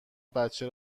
بچه